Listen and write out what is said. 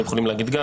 יכולים להגיד גם